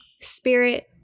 Spirit